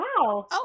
Wow